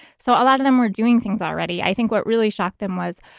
so a lot of them were doing things already. i think what really shocked them was,